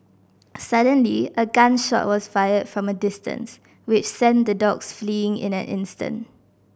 suddenly a gun shot was fired from a distance which sent the dogs fleeing in an instant